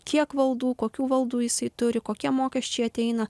kiek valdų kokių valdų jisai turi kokie mokesčiai ateina